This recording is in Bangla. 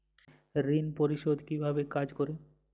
ঋণ পরিশোধ কিভাবে কাজ করে?